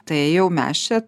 tai jau mes čia